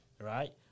right